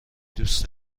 دوست